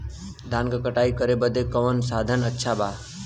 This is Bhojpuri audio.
धान क कटाई करे बदे कवन साधन अच्छा बा?